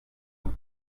eine